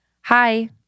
hi